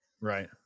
Right